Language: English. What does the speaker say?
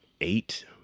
eight